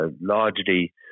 largely